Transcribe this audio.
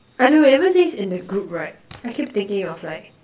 I don't know ever since in the group right I keep thinking of like